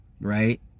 Right